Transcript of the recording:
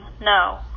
no